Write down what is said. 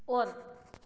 on